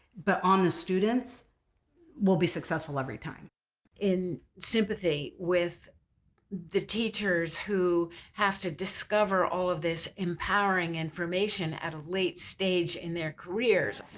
but on the students we'll be successful every time in sympathy with the teachers who have to discover all of this empowering information at a late stage in their careers,